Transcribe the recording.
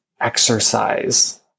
exercise